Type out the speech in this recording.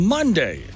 Monday